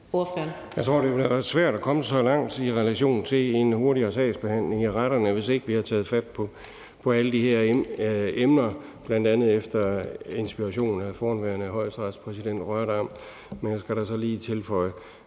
have været svært at komme så langt i relation til en hurtigere sagsbehandling i retterne, hvis ikke vi havde taget fat på alle de her emner, bl.a. efter inspiration af forhenværende højesteretspræsident Rørdam.